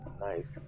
nice